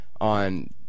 on